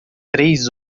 três